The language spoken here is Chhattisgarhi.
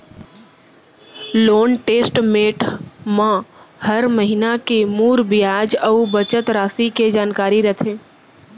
लोन स्टेट मेंट म हर महिना के मूर बियाज अउ बचत रासि के जानकारी रथे